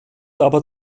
aber